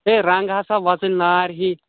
ہے رنٛگ ہسا وۄزٕلۍ نار ہِوِۍ